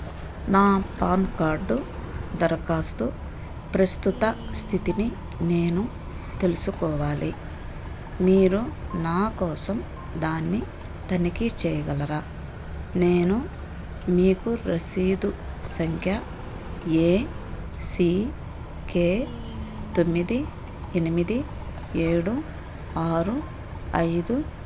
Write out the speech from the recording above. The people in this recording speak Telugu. నా పాన్ కార్డు దరఖాస్తు ప్రస్తుత స్థితిని నేను తెలుసుకోవాలి మీరు నా కోసం దాన్ని తనిఖీ చేయగలరా నేను మీకు రసీదు సంఖ్య ఏ సీ కే తొమ్మిది ఎనిమిది ఏడు ఆరు ఐదు